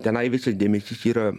tenai visas dėmesys yra